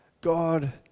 God